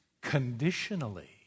conditionally